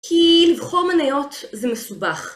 כי לבחור מניות זה מסובך.